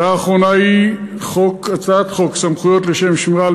ההצעה האחרונה היא הצעת חוק סמכויות לשם שמירה על